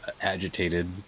agitated